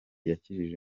yakijije